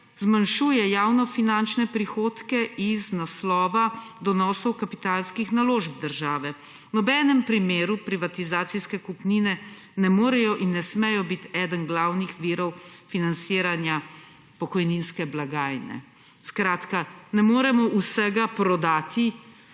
zmanjšuje javnofinančne prihodke iz naslova donosov kapitalskih naložb države. V nobenem primeru privatizacijske kupnine ne morejo in ne smejo biti eden glavnih virov financiranja pokojninske blagajne, skratka ne moremo vsega prodati